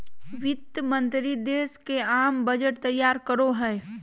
वित्त मंत्रि देश के आम बजट तैयार करो हइ